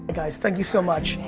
guys, thank you so much.